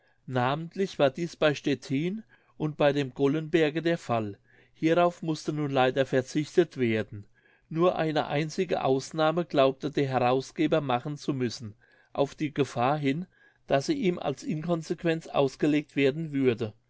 namentlich war dies bei stettin und bei dem gollenberge der fall hierauf mußte nun leider verzichtet werden nur eine einzige ausnahme glaubte der herausgeber machen zu müssen auf die gefahr hin daß sie ihm als inconsequenz ausgelegt werden würde